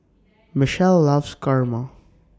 Mitchell loves Kurma